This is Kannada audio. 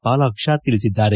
ಭಾಲಾಕ್ಷ ತಿಳಿಸಿದ್ದಾರೆ